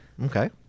Okay